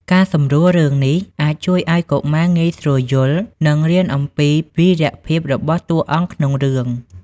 ការសម្រួលរឿងនេះ អាចជួយឱ្យកុមារងាយស្រួលយល់ និងរៀនអំពីវីរភាពរបស់តួអង្គក្នុងរឿង។